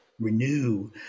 renew